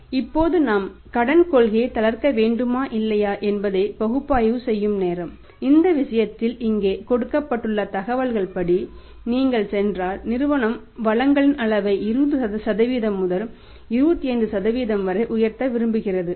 இப்போது நாம் கடன் கொள்கையை தளர்த்த வேண்டுமா இல்லையா என்பதை பகுப்பாய்வு செய்யும் நேரம் இந்த விஷயத்தில் இங்கே கொடுக்கப்பட்டுள்ள தகவல்கள் படி நீங்கள் சென்றால் நிறுவனம் வளங்களின் அளவை 20 முதல் 25 வரை உயர்த்த விரும்புகிறது